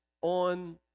on